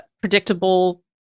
predictable